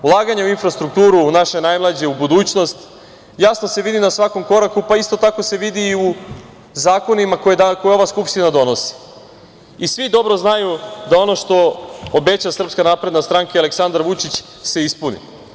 Ulaganje u infrastrukturu, u naše najmlađe, u budućnost jasno se vidi na svakom koraku, pa isto tako se vidi i u zakonima koje ova Skupština i svi dobro znaju da ono što obeća SNS i Aleksandar Vučić se ispuni.